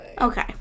Okay